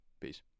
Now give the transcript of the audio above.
Peace